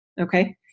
okay